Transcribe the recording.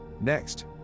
Next